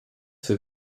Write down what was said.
für